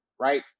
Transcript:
Right